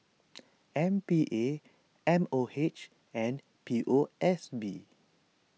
M P A M O H and P O S B